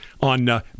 on